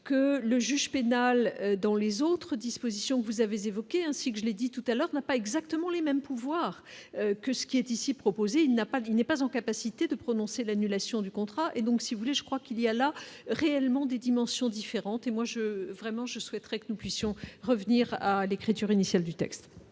que le juge pénal dans les autres dispositions, vous avez évoqué, ainsi que je l'ai dit tout à l'heure, n'a pas exactement les mêmes pouvoirs que ce qui est ici proposé, il n'a pas dû n'est pas en capacité de prononcer l'annulation du contrat et donc si vous voulez, je crois qu'il y a là réellement des dimensions différentes, et moi je, vraiment, je souhaiterais que nous puissions revenir à l'écriture initiale du texte.